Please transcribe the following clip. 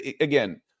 again